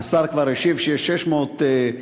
השר כבר השיב שיש 600 מיליון,